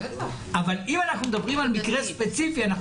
אבל אם אנחנו מדברים על מקרה ספציפי כשאנחנו